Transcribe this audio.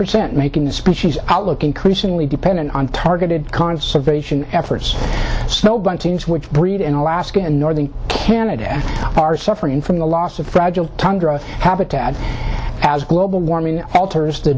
percent making the species outlook increasingly dependent on targeted conservation efforts snow buntings which breed in alaska and northern canada are suffering from the loss of fragile tundra habitat as global warming alters t